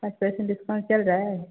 पाँच percent discount चल रहा है